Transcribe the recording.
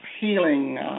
healing